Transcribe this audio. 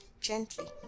gently